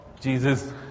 Jesus